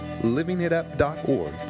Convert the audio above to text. LivingItUp.org